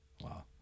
Wow